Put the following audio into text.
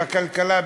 בכלכלה,